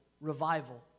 revival